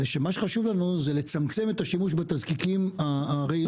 זה שמה שחשוב לנו זה לצמצם את השימוש בתזקיקים הרעילים.